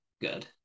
good